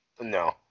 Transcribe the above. No